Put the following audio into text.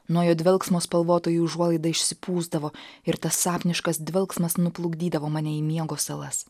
nuo jo dvelksmo spalvotoji užuolaida išsipūsdavo ir tas sapniškas dvelksmas nuplukdydavo mane į miego salas